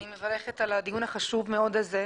אני מברכת על הדיון החשוב מאוד הזה.